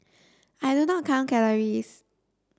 I do not count calories